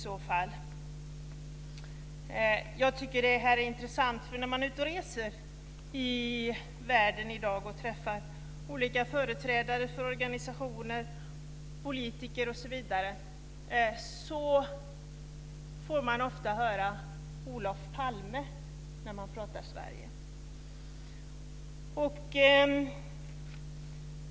Jag tycker att det här är intressant. När man är ute och reser i världen i dag och träffar företrädare för organisationer, politiker osv. får man ofta höra Olof Palme nämnas när man pratar om Sverige.